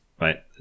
Right